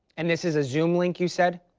and this is a zoom link, you said.